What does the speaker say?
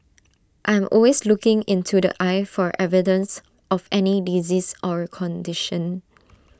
I am always looking into the eye for evidence of any disease or condition